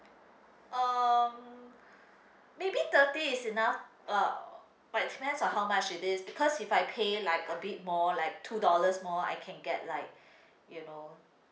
um maybe thirty is enough uh but it depends on how much it is because if I pay like a bit more like two dollars more I can get like you know